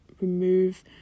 remove